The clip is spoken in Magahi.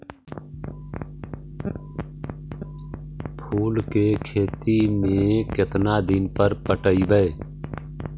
फूल के खेती में केतना दिन पर पटइबै?